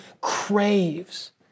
craves